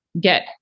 get